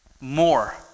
more